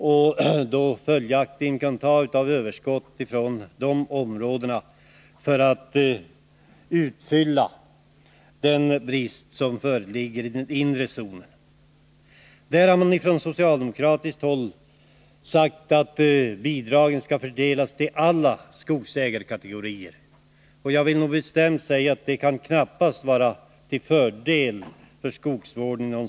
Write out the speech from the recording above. De kan följaktligen ta av överskott från sådana områden för att utfylla den brist som föreligger i den inre zonen. Från socialdemokratiskt håll har man sagt att bidraget skall fördelas till alla skogsägarkategorier. Jag vill bestämt säga att det knappast kan vara till fördel för skogsvården.